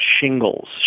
shingles